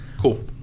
Cool